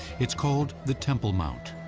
it's called the temple mount,